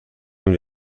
این